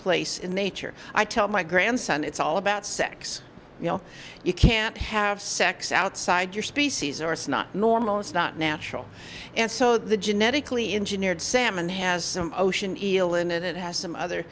place in nature i tell my grandson it's all about sex you know you can't have sex outside your species or it's not normal it's not natural and so the genetically engineered salmon has some ocean elan it has some other